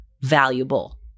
valuable